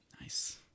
Nice